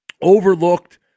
overlooked